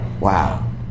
Wow